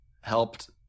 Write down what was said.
helped